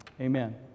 Amen